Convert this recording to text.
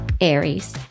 Aries